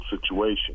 situation